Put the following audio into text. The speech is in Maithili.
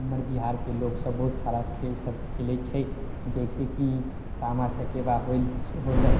हमर बिहारके लोक सभ बहुत सारा खेल सभ खेलय छै जैसे कि सामा चकेबा होइल होलय